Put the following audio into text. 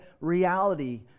reality